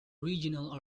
regional